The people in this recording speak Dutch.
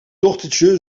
dochtertje